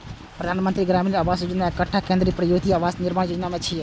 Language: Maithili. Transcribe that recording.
प्रधानमंत्री ग्रामीण आवास योजना एकटा केंद्र प्रायोजित आवास निर्माण योजना छियै